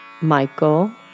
Michael